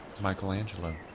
Michelangelo